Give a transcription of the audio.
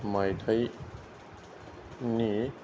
मायथाइनि